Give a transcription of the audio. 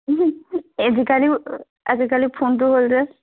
আজিকালি আজিকালি ফোনটো হ'ল যে